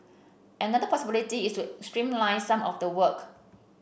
another possibility is to streamline some of the work